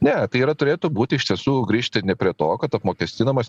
ne tai yra turėtų būti iš tiesų grįžti prie to kad apmokestinamas